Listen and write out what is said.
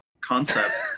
concept